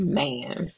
man